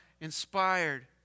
inspired